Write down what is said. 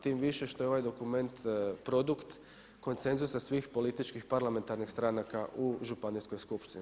Tim više što je ovaj dokument produkt konsenzusa svih političkih parlamentarnih stranaka u županijskoj skupštini.